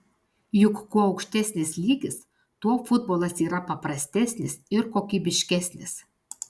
juk kuo aukštesnis lygis tuo futbolas yra paprastesnis ir kokybiškesnis